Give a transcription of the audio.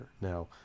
Now